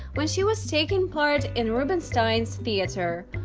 when she was taking part in rubenstein's theatre.